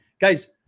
guys